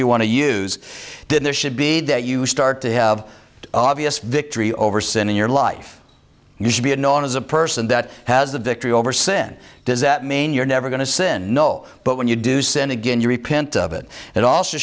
you want to use did there should be that you start to have obvious victory over sin in your life you should be known as a person that has the victory over sin does that mean you're never going to sin no but when you do sin again you repent of it it also